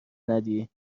ندهی